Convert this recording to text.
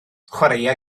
chwaraea